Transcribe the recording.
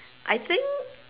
I think